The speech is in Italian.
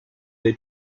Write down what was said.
dei